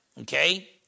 okay